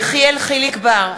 נגד יחיאל חיליק בר,